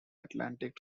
atlantic